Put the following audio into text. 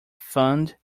fund